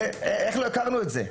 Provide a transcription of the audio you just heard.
איך לא הכרנו את זה?